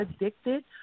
addicted